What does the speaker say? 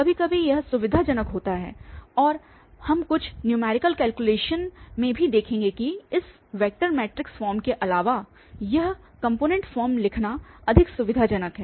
कभी कभी यह सुविधाजनक होता है और हम कुछ न्युमैरिकल कैल्क्युलेशन में भी देखेंगे कि इस वेक्टर मैट्रिक्स फॉर्म के अलावा यह कॉम्पोनेंट फॉर्म लिखना अधिक सुविधाजनक है